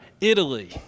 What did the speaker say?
Italy